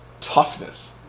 toughness